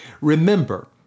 remember